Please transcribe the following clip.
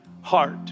heart